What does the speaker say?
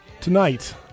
Tonight